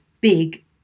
big